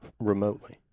remotely